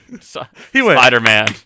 Spider-Man